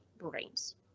brains